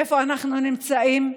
איפה אנחנו נמצאים?